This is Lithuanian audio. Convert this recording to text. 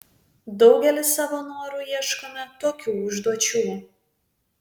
daugelis savo noru ieškome tokių užduočių